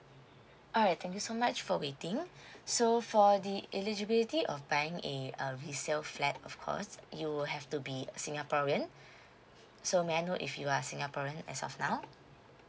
alright thank you so much for waiting so for the eligibility of buying a uh resale flat of course you will have to be singaporean so may I know if you are singaporean as of now